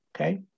okay